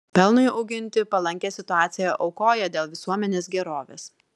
pelnui auginti palankią situaciją aukoja dėl visuomenės gerovės